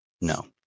No